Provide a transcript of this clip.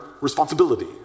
responsibility